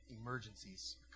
emergencies